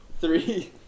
Three